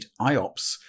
IOPS